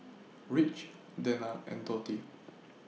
Rich Dena and Dotty